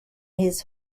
his